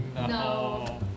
No